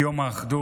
את יום האחדות.